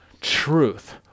truth